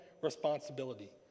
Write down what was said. responsibility